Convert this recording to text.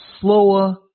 slower